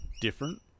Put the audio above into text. different